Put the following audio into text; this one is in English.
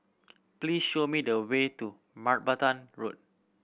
please show me the way to Martaban Road